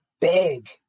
big